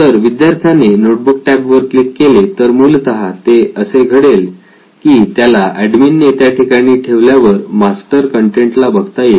जर विद्यार्थ्याने notebook tab वर क्लिक केले तर मूलतः ते असे घडेल की त्याला एडमिन ने त्या ठिकाणी ठेवलेल्या मास्टर कन्टेन्ट ला बघता येईल